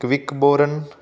quick born